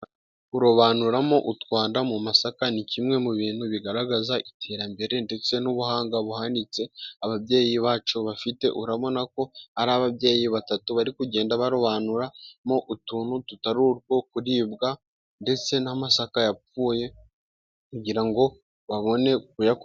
Kurobanuramo utwanda mu masaka ni kimwe mu bintu bigaragaza iterambere ndetse n'ubuhanga buhanitse ababyeyi bacu bafite, urabona ko ari ababyeyi batatu bari kugenda barobanuramo utuntu tutari utwo kuribwa ndetse n'amasaka yapfuye kugira ngo babone ameza.